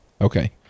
okay